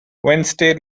wednesday